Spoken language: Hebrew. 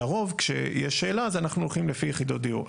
לרוב שיש שאלה אז אנחנו הולכים לפי יחידות דיור.